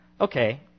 okay